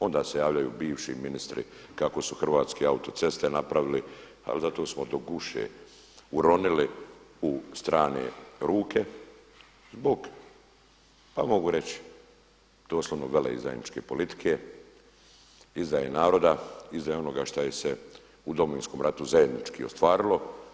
Onda se javljaju bivši ministri kako su hrvatske autoceste napravili, ali zato smo do guše uronili u strane ruke zbog pa mogu reći doslovno veleizdajničke politike, izdaje naroda, izdaje onoga što je se u Domovinskom ratu zajednički ostvarilo.